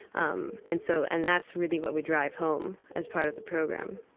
um and so and that's really what we drive home as part of the program